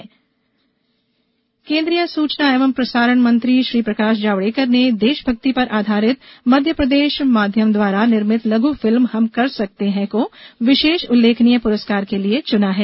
जावड़े कर केंद्रीय सूचना एवं प्रसारण मंत्री प्रकाश जावड़ेकर ने देशभक्ति पर आधारित मध्यप्रदेश माध्यम द्वारा निर्मित लघू फिल्म हम कर सकते हैं को विशेष उल्लेखनीय पुरस्कार के लिए चुना है